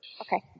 Okay